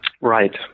right